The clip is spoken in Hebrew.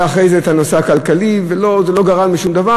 ואחרי זה את הנושא הכלכלי, וזה לא גרם לשום דבר.